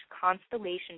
Constellation